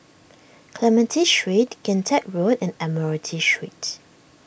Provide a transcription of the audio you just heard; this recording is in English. Clementi Street Kian Teck Road and Admiralty Street